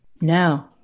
No